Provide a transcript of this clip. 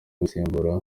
gusimbura